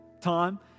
time